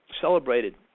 celebrated